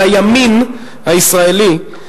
על הימין הישראלי,